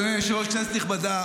אדוני היושב-ראש, כנסת נכבדה,